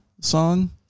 song